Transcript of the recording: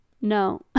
no